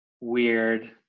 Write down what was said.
weird